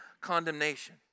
condemnation